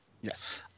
yes